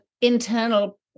internal